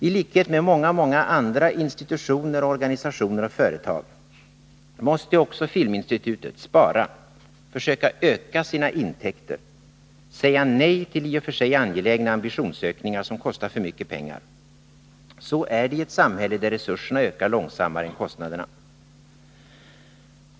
I likhet med många andra institutioner, organisationer och företag måste också Filminstitutet spara och försöka öka sina intäkter, säga nej till i och för sig angelägna ambitionsökningar som kostar för mycket pengar. Så är det i ett samhälle där resurserna ökar långsammare än kostnaderna.